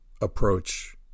approach